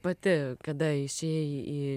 pati kada išėjai į